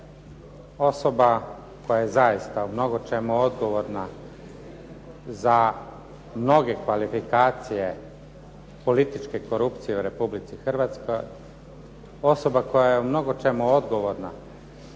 Osoba koja je zaista u mnogo čemu odgovorna za mnoge kvalifikacije političke korupcije u Republici Hrvatskoj, osoba koja je u mnogo čemu odgovorna